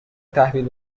تحویل